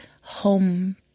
home